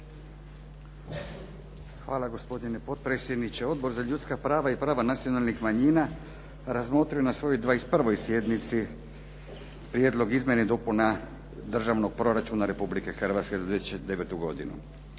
Hvala gospodine potpredsjedniče. Odbor za ljudska prava i prava nacionalnih manjina razmotrio je na svojoj 21. sjednici Prijedlog izmjena i dopuna Državnog proračuna Republike Hrvatske za 2009. godinu.